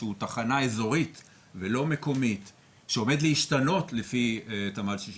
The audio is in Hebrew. שהוא תחנה אזורית ולא מקומית שעומד להשתנות לפי --- 65?